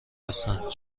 هستند